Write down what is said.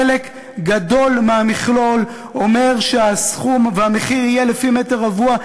חלק גדול מהמכלול אומר שהסכום והמחיר יהיה לפי מטר רבוע,